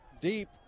Deep